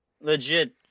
legit